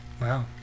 Wow